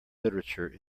literature